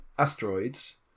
asteroids